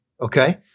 okay